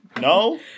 No